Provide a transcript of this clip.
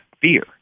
fear